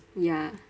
ya